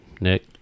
Nick